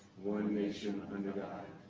one nation under god,